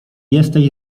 jesteś